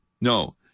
No